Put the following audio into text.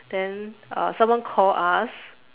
then uh someone call us